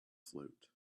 float